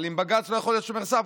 אבל אם בג"ץ לא יכול להיות שומר סף,